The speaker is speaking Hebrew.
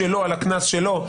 על הקנס שלו,